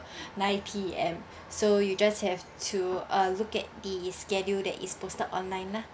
nine P_M so you just have to uh look at the schedule that is posted online lah